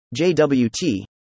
JWT